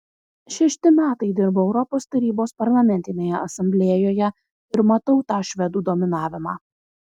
šešti metai dirbu europos tarybos parlamentinėje asamblėjoje ir matau tą švedų dominavimą